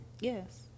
Yes